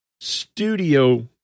studio